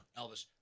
Elvis